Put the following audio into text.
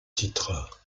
titre